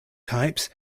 types